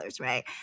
right